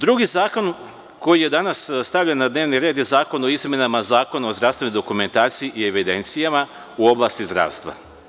Drugi zakon koji je danas stavljen na dnevni red je zakon o izmenama Zakona o zdravstvenoj dokumentaciji i evidencijama u oblasti zdravstva.